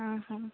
ହଁ ହଁ